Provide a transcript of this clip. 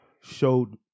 showed